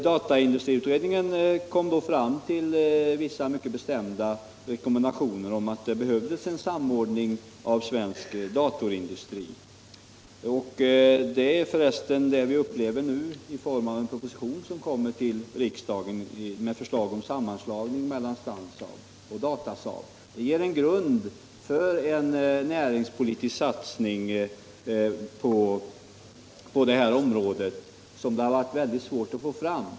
Dataindustriutredningen kom fram till vissa mycket bestämda rekommendationer och betonade att det behövdes en samordning av svensk datorindustri. Det är främst det som vi upplever nu i form av en proposition som kommer till riksdagen med förslag om sammanslagning av Stansaab och Datasaab. Det ger en grund för en näringspolitisk satsning på detta område som det har varit väldigt svårt att få fram.